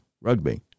rugby